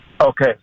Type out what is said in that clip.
Okay